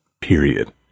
period